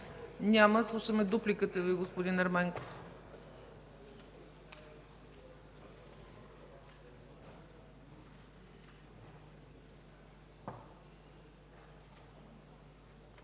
Няма. Слушаме дупликата Ви, господин Ерменков.